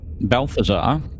Balthazar